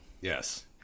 Yes